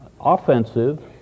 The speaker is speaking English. offensive